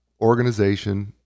organization